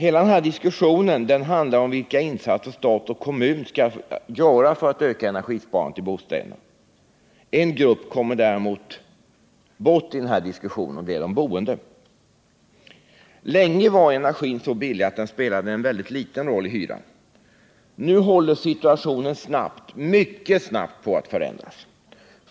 Hela den här diskussionen handlar om vilka insatser stat och kommun skall göra för att öka energisparandet i bostäderna. En grupp kommer emellertid bort i den här diskussionen, och det är de boende. Länge var energin så billig att den spelade en mycket liten roll i hyran. Nu håller situationen snabbt - mycket snabbt — på att förändras.